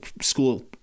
school